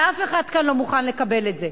ואף אחד כאן לא מוכן לקבל את זה.